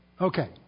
Okay